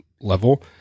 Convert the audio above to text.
level